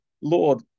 Lord